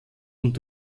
und